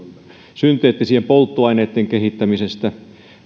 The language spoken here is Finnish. synteettisten polttoaineitten kehittämisestä